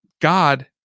God